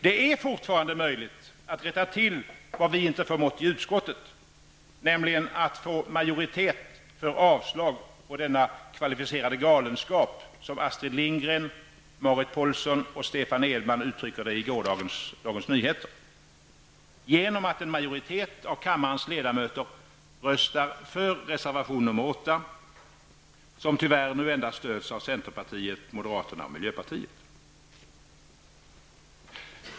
Det är fortfarande möjligt att rätta till vad vi inte förmådde i utskottet, nämligen att få majoritet för avslag på denna ''kvalificerade galenskap'' som Astrid Lingren, Marit Paulsen och Stefan Edman uttrycker det i gårdagens DN. Detta är möjligt genom att en majoritet av kammarens ledamöter röstar för reservation nr 8, som tyvärr nu endast stöds av centerpartiet, moderaterna och miljöpartiet.